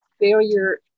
failure